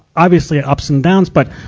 obviously ups and downs. but,